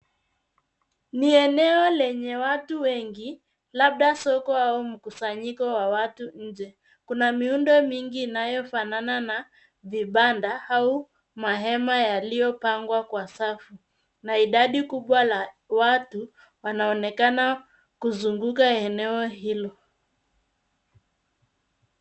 Ni eneo lenye watu wengi, labda soko au mkusanyiko wa watu nje. Kuna miundo mingi inayofanana na vibanda au mahema yaliyopangwa kwa safu na idadi kubwa la watu wanaonekana kuzunguka eneo hilo.